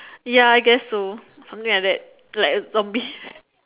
ya I guess so something like that like zombie